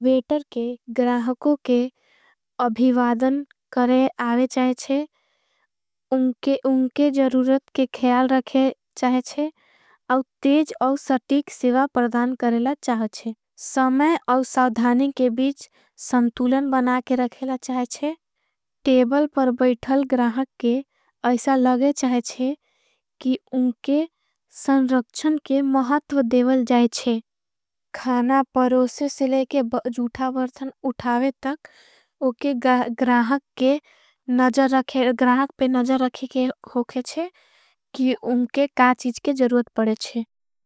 वेटर के ग्राहकों के अभिवादन करे आवे चाहे। चाहेचे उनके उनके ज़रूरत के ख्याल रखे चाहेचे। अव तेज औव सटीक सेवा परदान करेला चाहेचे समय। औव सवधानी के बीच संतूलन बना के रखेला चाहेचे। टेबल पर बैठल ग्राहक के ऐसा लगे च खाना परोसे से। लेके जूठा वर्थन उठावे तक उके ग्राहक पे नज़ा रखे। के होकेचे कि उनके का चीज के ज़रूरत पड़ेचे।